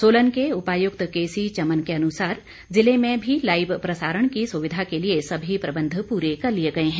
सोलन के उपायुक्त केसी चमन के अनुसार जिले में भी लाईव प्रसारण की सुविधा के लिए सभी प्रबंध पूरे कर लिए गए हैं